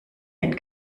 ein